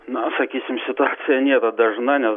na sakysim situacija nėra dažna nes